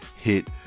Hit